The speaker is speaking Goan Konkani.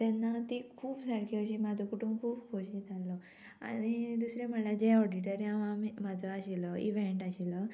तेन्ना ती खूब सारकी अशी म्हाजो कुटूंब खूब खोशी जाल्लो आनी दुसरें म्हणल्यार जे ऑडिटोरीयम हांव म्हाजो आशिल्लो इवेंट आशिल्लो